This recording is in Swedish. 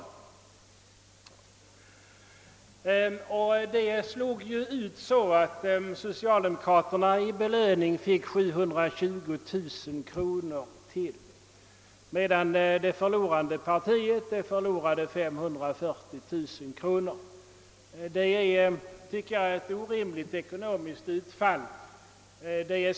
Systemet slog ut så, att socialdemokraterna i belöning fick ytterligare 720 000 kronor medan det förlorande partiet miste 540 000 kronor. Det är ett orimligt ekonomiskt utfall.